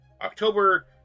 October